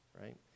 right